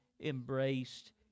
embraced